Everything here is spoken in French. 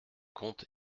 comte